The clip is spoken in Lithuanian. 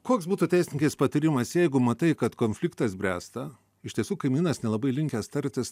koks būtų teisininkės patarimas jeigu matai kad konfliktas bręsta iš tiesų kaimynas nelabai linkęs tartis